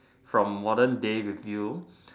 from modern day with you